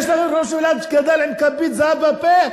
יש לנו ראש ממשלה שגדל עם כפית זהב בפה.